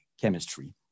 chemistry